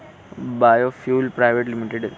biofuel private limited